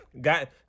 got